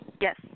yes